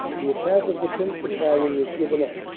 the attack of the tenth. battalion was given up.